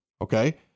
Okay